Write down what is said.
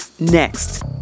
next